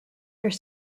are